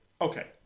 Okay